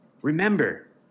remember